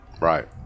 Right